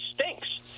stinks